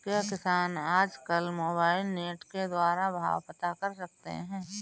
क्या किसान आज कल मोबाइल नेट के द्वारा भाव पता कर सकते हैं?